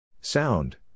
Sound